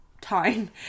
time